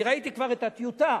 אני ראיתי כבר את הטיוטה,